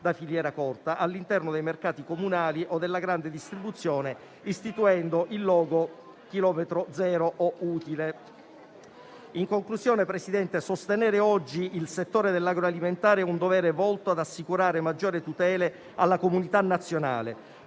da filiera corta all'interno dei mercati comunali o della grande distribuzione, istituendo il logo "chilometro zero o utile". In conclusione, signor Presidente, sostenere oggi il settore dell'agroalimentare è un dovere volto ad assicurare maggiori tutele alla comunità nazionale,